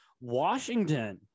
Washington